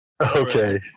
Okay